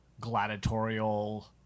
gladiatorial